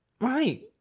Right